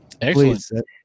Excellent